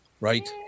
Right